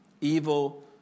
Evil